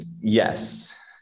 Yes